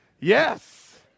Yes